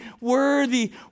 worthy